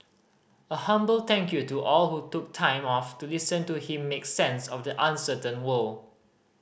a humble thank you to all who took time off to listen to him make sense of the uncertain world